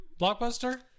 Blockbuster